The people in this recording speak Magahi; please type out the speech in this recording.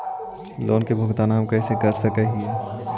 लोन के भुगतान हम कैसे कैसे कर सक हिय?